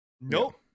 Nope